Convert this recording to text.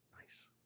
Nice